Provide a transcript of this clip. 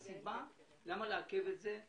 למה לעכב את זה,